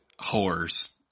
whores